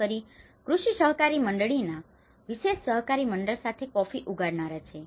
ખાસ કરીને કૃષિ સહકારી મંડળના વિશેષ સહકારી મંડળ સાથે જે કોફી ઉગાડનારા છે